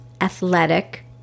athletic